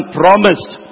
promised